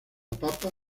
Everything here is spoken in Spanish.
papa